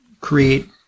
create